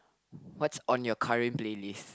what's on your current playlist